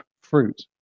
fruit